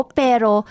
pero